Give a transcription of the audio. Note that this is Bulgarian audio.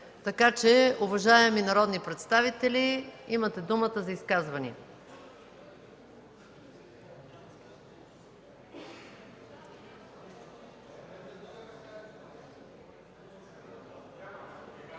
така че, уважаеми народни представители, имате думата за изказвания.